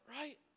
Right